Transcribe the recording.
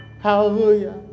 Hallelujah